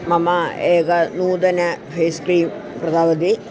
मम एकं नूतनं फेस् क्रीम् प्रभवति